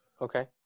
Okay